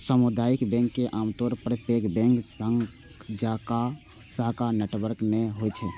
सामुदायिक बैंक के आमतौर पर पैघ बैंक जकां शाखा नेटवर्क नै होइ छै